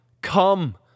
Come